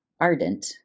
ardent